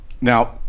Now